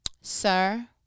sir